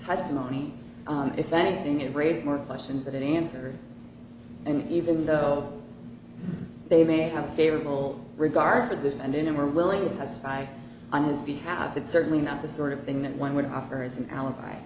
testimony if anything it raises more questions than answers and even though they may have a favorable regard for this and then are willing to testify on his behalf it's certainly not the sort of thing that one would offer as an alibi